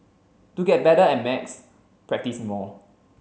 to get better at maths practise more